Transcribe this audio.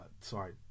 Sorry